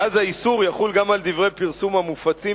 ואז האיסור יחול גם על דברי פרסום המופצים